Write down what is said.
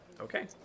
Okay